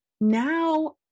Now